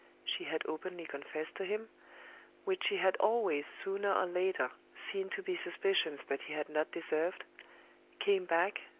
she had openly confessed to him which she had always sooner or later seen to be suspicions that he had not deserved came back,